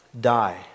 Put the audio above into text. die